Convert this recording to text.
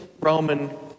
Roman